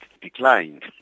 declined